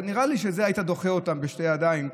נראה לי שהיית דוחה אותם בשתי ידיים,